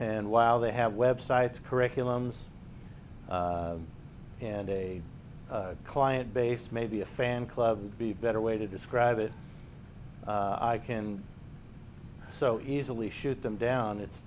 and while they have web sites curriculums and a client base maybe a fan club be better way to describe it i can so easily shoot them down it's